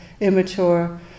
immature